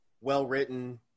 well-written